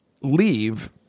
leave